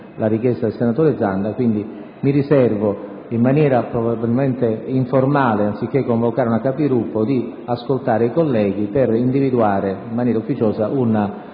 la richiesta del senatore Zanda. Pertanto mi riservo, in maniera probabilmente informale, anziché convocare una Conferenza dei Capigruppo, di ascoltare i colleghi per individuare in maniera ufficiosa un